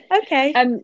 Okay